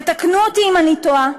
ותקנו אותי אם אני טועה,